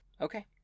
Okay